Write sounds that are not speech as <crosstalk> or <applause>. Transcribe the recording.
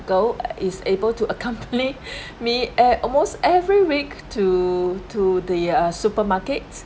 girl <noise> is able to accompany <laughs> me eh almost every week to to the uh supermarkets